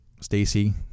Stacy